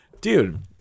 Dude